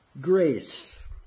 grace